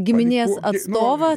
giminės atstovą